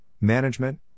management